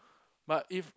but if